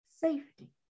safety